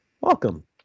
welcome